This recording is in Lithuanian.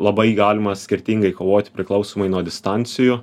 labai galima skirtingai kovoti priklausomai nuo distancijų